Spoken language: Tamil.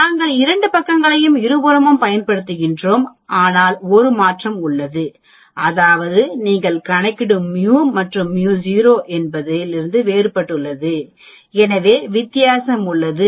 நாங்கள் இரண்டு பக்கங்களையும் இருபுறமும் பயன்படுத்துகிறோம் ஆனால் ஒரு மாற்றம் உள்ளது அதாவது நீங்கள் கணக்கிடும் μ μ0 இலிருந்து வேறுபட்டது எனவே வித்தியாசம் உள்ளது